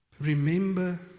Remember